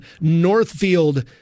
Northfield